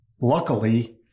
Luckily